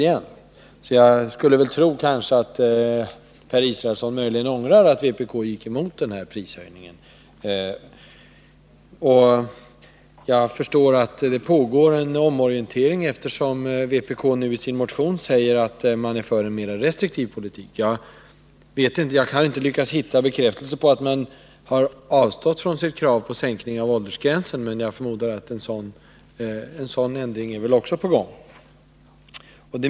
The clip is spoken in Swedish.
Mot den bakgrunden förstår jag om vpk ångrar att man gick emot prishöjningen. Det pågår tydligen en omorientering när det gäller dessa frågor inom vpk, eftersom man i sin motion säger att man är för en mera restriktiv politik. Jag harinte lyckats hitta någonting om att vpk avstår från sitt krav på en sänkning av åldersgränsen, men jag förmodar att en ändring är på väg också i den frågan.